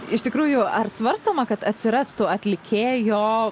ištikrųjų ar svarstoma kad atsirastų atlikėjo